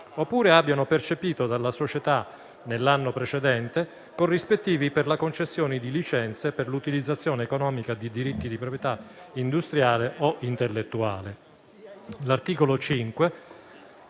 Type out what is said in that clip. oppure abbiano percepito dalla società, nell'anno precedente, corrispettivi per la concessione di licenze per l'utilizzazione economica di diritti di proprietà industriale o intellettuale.